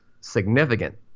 significant